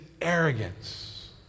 arrogance